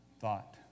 thought